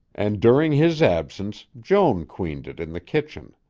and during his absence joan queened it in the kitchen.